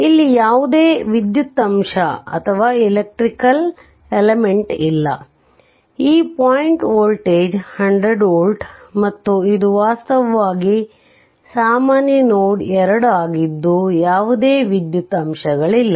ಆದ್ದರಿಂದ ಇಲ್ಲಿ ಯಾವುದೇ ವಿದ್ಯುತ್ ಅಂಶ ಇಲ್ಲ ಈ ಪಾಯಿಂಟ್ ವೋಲ್ಟೇಜ್ 100 volt ಮತ್ತು ಇದು ವಾಸ್ತವವಾಗಿ ಸಾಮಾನ್ಯ ನೋಡ್ 2 ಆಗಿದ್ದು ಯಾವುದೇ ವಿದ್ಯುತ್ ಅಂಶಗಳಿಲ್ಲ